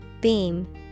Beam